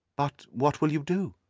but what will you do?